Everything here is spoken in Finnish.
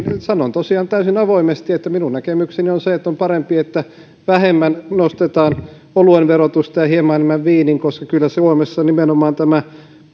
sanon tosiaan täysin avoimesti että minun näkemykseni on se että on parempi että vähemmän nostetaan oluen verotusta ja hieman enemmän viinin koska kyllä suomessa nimenomaan tämä